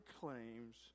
claims